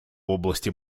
области